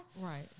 Right